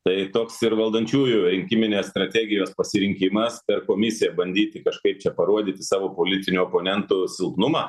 tai toks ir valdančiųjų rinkiminės strategijos pasirinkimas per komisiją bandyti kažkaip čia parodyti savo politinių oponentų silpnumą